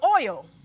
oil